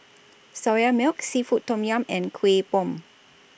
Soya Milk Seafood Tom Yum and Kuih Bom